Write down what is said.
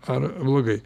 ar blogai